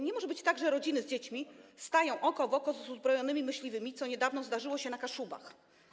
Nie może być tak, że rodziny z dziećmi stają oko w oko z uzbrojonymi myśliwymi, co niedawno wydarzyło się na Kaszubach.